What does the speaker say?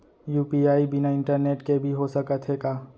UPI बिना internet के भी हो सकत हे का?